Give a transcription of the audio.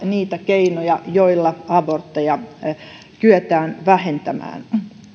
niitä keinoja joilla abortteja kyetään vähentämään